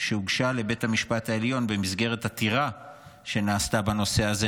שהוגשה לבית המשפט העליון במסגרת עתירה שנעשתה בנושא הזה,